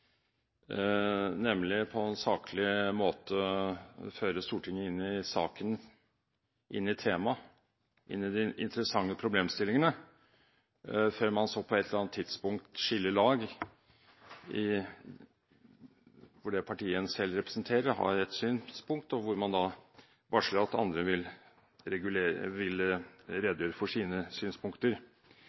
nemlig på en saklig måte føre Stortinget inn i saken, inn i temaet, inn i de interessante problemstillingene, før man så, på et eller annet tidspunkt, gjør rede for synspunktet til det partiet en selv representerer, og varsler at andre vil redegjøre for sine synspunkter.